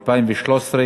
התשע"ד 2013,